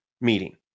meeting